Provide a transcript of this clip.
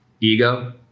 ego